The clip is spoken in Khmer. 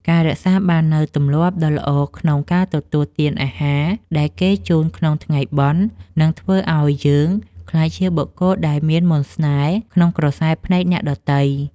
ការរក្សាបាននូវទម្លាប់ដ៏ល្អក្នុងការទទួលទានអាហារដែលគេជូនក្នុងថ្ងៃបុណ្យ នឹងធ្វើឱ្យយើងក្លាយជាបុគ្គលដែលមានមន្តស្នេហ៍ក្នុងក្រសែភ្នែកអ្នកដទៃ។